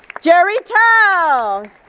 jerry thao.